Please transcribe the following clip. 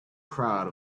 crowd